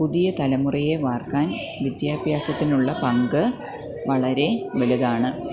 പുതിയ തലമുറയെ വാർക്കാൻ വിദ്യാഭ്യാസത്തിനുള്ള പങ്ക് വളരെ വല്താണ്